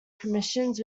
commissions